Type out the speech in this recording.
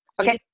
Okay